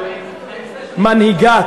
מנהיגת.